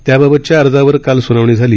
त्याबाबतच्या अर्जावर काल सुनावणी झाली